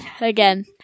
again